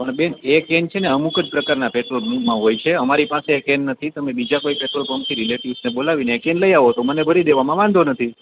પણ બેન એ કેન છે ને અમુક જ પ્રકારનાં પેટ્રોલપંપમાં હોય છે અમારી પાસે એ કેન નથી તમે બીજા કોઈ પેટ્રોલપંપ કે રિલેટિવ્સને બોલાવીને એ કેન લઈ આવો તો મને ભરી દેવામાં વાંધો નથી